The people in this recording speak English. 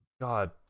God